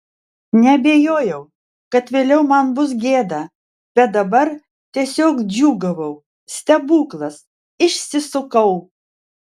neabejojau kad vėliau man bus gėda bet dabar tiesiog džiūgavau stebuklas išsisukau